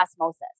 osmosis